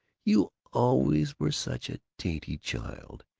you always were such a dainty child,